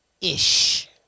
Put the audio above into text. ish